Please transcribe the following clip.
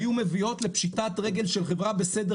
היו מביאות לפשיטת רגל של חברה בסדר